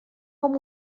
com